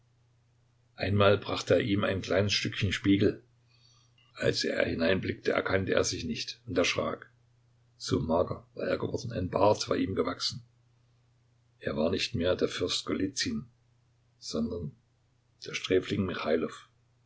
einmal brachte er ihm ein kleines stückchen spiegel als er hineinblickte erkannte er sich nicht und erschrak so mager war er geworden ein bart war ihm gewachsen er war nicht mehr der fürst golizyn sondern der sträfling